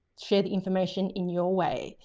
share the information in your way.